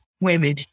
women